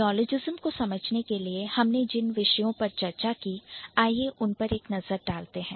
Neologism को समझने के लिए हमने जिन विषयों पर चर्चा की आइए उन पर एक नजर डालते हैं